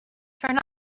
turn